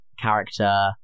character